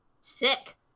Sick